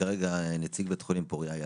נפגעת לבית חולים,